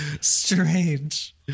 strange